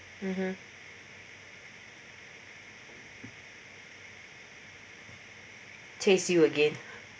mmhmm chase you again